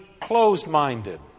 closed-minded